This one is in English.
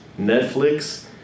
Netflix